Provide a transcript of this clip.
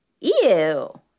ew